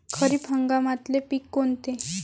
खरीप हंगामातले पिकं कोनते?